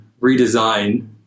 redesign